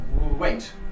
wait